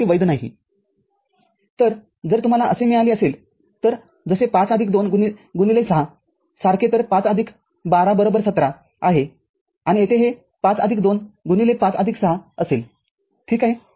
x↑y↑z ≠ x↑y↑z x↑y'↑z x↑y↑z' x↓y↓z ≠ x↓y↓z x↓y'↑z x↓y↓z' x↑y↓z ≠ x↓y↑x↓z x↑y↓z x'↓y↑x'↓z x↓y↑z ≠ x↑y↓x↑z x↓y↑z x'↑y↓x'↑z तर जर तुम्हाला असे मिळाले असेल तरजसे ५ आदिक २ गुणिले ६ सारखे तर५ आदिक १२ बरोबर १७ आहे आणि येथे जर हे पाच आदिक २ गुणिले ५ आदिक ६ असेल ठीक आहे